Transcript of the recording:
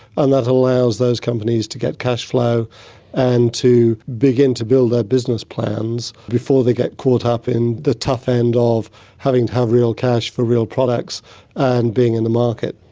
and that allows those companies to get cash flow and to begin to build their business plans before they get caught up in the tough end of having to have real cash for real products and being in the market.